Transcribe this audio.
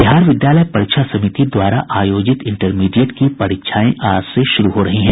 बिहार विद्यालय परीक्षा समिति द्वारा आयोजित इंटरमीडिएट की परीक्षाएं आज से शुरू हो रही हैं